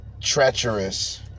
treacherous